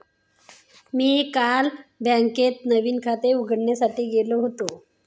मी काल बँकेत नवीन खाते उघडण्यासाठी गेलो होतो